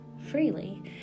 freely